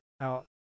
out